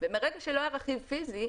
ומרגע שלא היה רכיב פיזי,